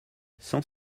sans